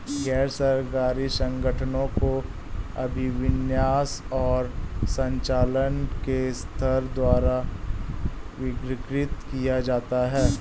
गैर सरकारी संगठनों को अभिविन्यास और संचालन के स्तर द्वारा वर्गीकृत किया जाता है